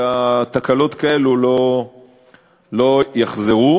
שתקלות כאלה לא יחזרו.